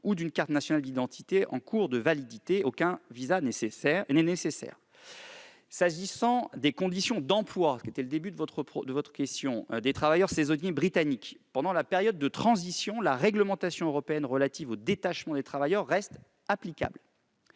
ou d'une carte nationale d'identité en cours de validité. Aucun visa n'est nécessaire. S'agissant des conditions d'emploi des travailleurs saisonniers britanniques, pendant la période de transition, la réglementation européenne relative au détachement des travailleurs reste applicable.